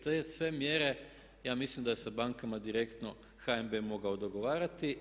Te sve mjere, ja mislim da je sa bankama direktno HNB mogao dogovarati.